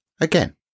Again